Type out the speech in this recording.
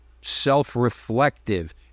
self-reflective